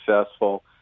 successful